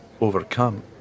overcome